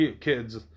kids